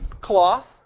cloth